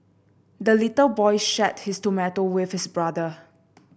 the little boy shared his tomato with his brother